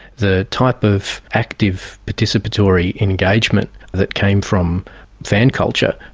the type of active participatory engagement that came from fan culture,